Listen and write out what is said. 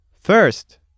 First